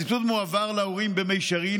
הסבסוד מועבר להורים במישרין,